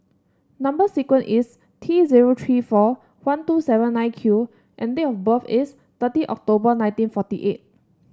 number sequence is T zero three four one two seven nine Q and date of birth is thirty October nineteen forty eight